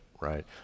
right